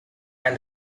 and